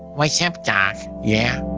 what's up doc, yeah.